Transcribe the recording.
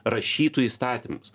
rašytų įstatymus